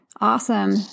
Awesome